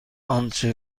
آنچه